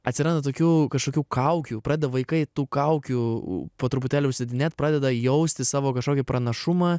atsiranda tokių kažkokių kaukių pradeda vaikai tų kaukių po truputėlį užsidėdinėt pradeda jausti savo kažkokį pranašumą